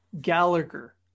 Gallagher